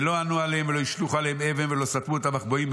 ולא ענו להם ולא השליכו עליהם אבן ולא סתמו את המחבואים.